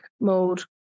mode